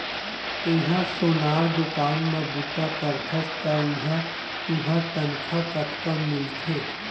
तेंहा सोनार दुकान म बूता करथस त उहां तुंहर तनखा कतका मिलथे?